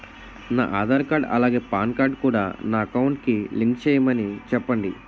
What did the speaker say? నా ఆధార్ కార్డ్ అలాగే PAN card కూడా నా అకౌంట్ కి లింక్ చేయమని చెప్పండి